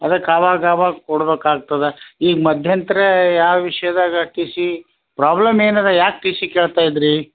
ಅದಕ್ಕೆ ಆವಾಗ ಆವಾಗ ಕೊಡ್ಬೇಕಾಗ್ತದೆ ಈಗ ಮಧ್ಯಂತರ ಯಾವ ವಿಷ್ಯದಾಗೆ ಟಿ ಸಿ ಪ್ರಾಬ್ಲಮ್ ಏನು ಅದೆ ಯಾಕೆ ಟಿ ಸಿ ಕೇಳ್ತಾ ಇದ್ದೀರಿ